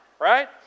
right